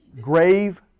Grave